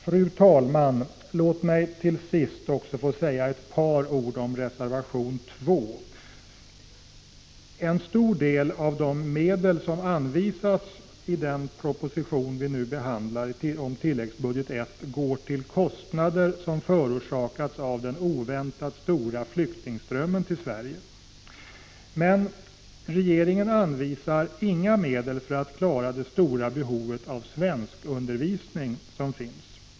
Fru talman! Låt mig också till sist få säga ett par ord om reservation 2. En stor del av de medel som anvisas över tilläggsbudgeten går till kostnader som förorsakats av den oväntat stora flyktingströmmen till Sverige. Men regeringen anvisar inga medel för att klara det stora behov av svenskundervisning som finns.